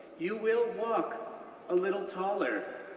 you will walk a little taller,